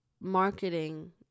marketing